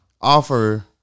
offer